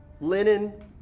linen